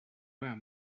were